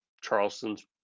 Charleston's